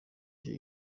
icyo